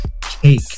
cake